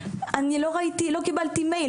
אני לא קיבלתי מייל,